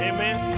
Amen